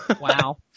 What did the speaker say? Wow